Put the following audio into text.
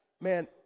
man